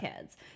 kids